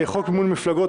סעיף 1ב לחוק מימון מפלגות,